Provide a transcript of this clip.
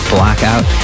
Blackout